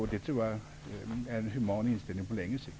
Jag tror att det är en human inställning på längre sikt.